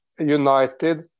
united